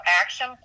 action